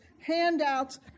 handouts